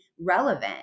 relevant